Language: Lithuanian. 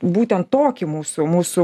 būtent tokį mūsų mūsų